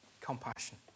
compassion